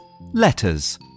Letters